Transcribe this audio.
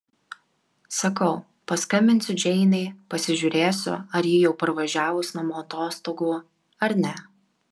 sakau paskambinsiu džeinei pasižiūrėsiu ar ji jau parvažiavus namo atostogų ar ne